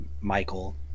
Michael